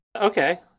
Okay